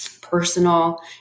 personal